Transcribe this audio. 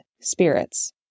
spirits